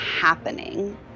happening